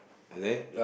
and then